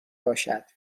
باشد